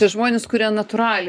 tie žmonės kurie natūraliai